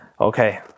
okay